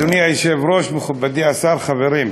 אדוני היושב-ראש, מכובדי השר, חברים,